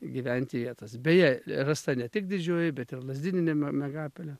gyventi vietos beje rasta ne tik didžioji bet ir lazdyninė mie miegapelė